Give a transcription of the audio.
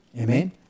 amen